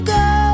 go